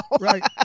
Right